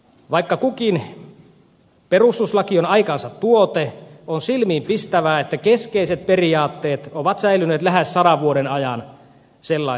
vaikka kukin perustuslaki on aikansa tuote on silmiinpistävää että keskeiset periaatteet ovat säilyneet lähes sadan vuoden ajan sellaisinaan